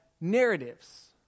narratives